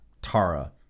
Tara